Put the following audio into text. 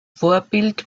vorbild